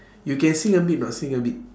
you can sing a bit or not sing a bit